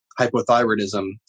hypothyroidism